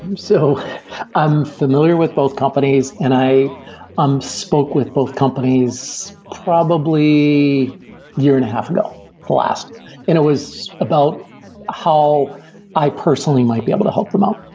so i'm familiar with both companies, and i um spoke with both companies probably a year and a half ago last, and it was about how i personally might be able to help them out.